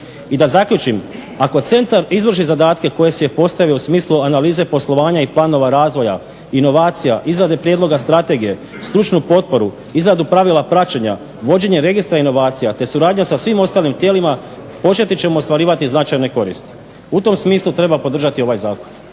I da zaključim, ako centar izvrši zadatke koje si je postavio u smislu analize poslovanja i planova razvoja, inovacija, izrade prijedloga strategije, stručnu potporu, izradu pravila praćenja, vođenje Registra inovacija te suradnja sa svim ostalim tijelima početi ćemo ostvarivati značajne koristi. U tom smislu treba podržati ovaj zakon.